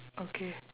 okay